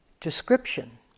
description